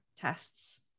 tests